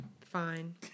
Fine